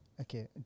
okay